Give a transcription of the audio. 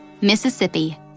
Mississippi